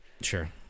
Sure